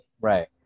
right